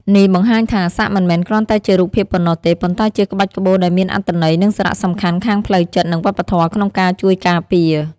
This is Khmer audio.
នេះបង្ហាញថា សាក់មិនមែនគ្រាន់តែជារូបភាពប៉ុណ្ណោះទេ ប៉ុន្តែជាក្បាច់ក្បូរដែលមានអត្ថន័យ និងសារៈសំខាន់ខាងផ្លូវចិត្ត និងវប្បធម៌ក្នុងការជួយការពារ។